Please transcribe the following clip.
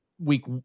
week